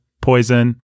poison